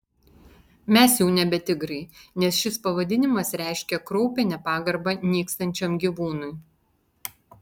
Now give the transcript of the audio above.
mes jau nebe tigrai nes šis pavadinimas reiškia kraupią nepagarbą nykstančiam gyvūnui